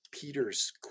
Peter's